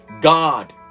God